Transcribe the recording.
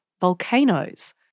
volcanoes